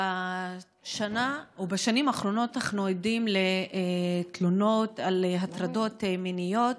בשנים האחרונות אנחנו עדים לתלונות על הטרדות מיניות